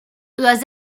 les